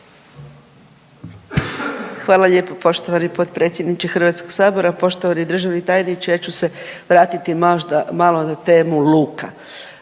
Hvala lijepo poštovani potpredsjedniče HS. Poštovani državni tajniče, ja ću se vratiti možda malo na temu luka.